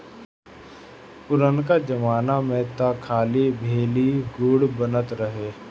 पुरनका जमाना में तअ खाली भेली, गुड़ बनत रहे